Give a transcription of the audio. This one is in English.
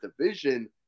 division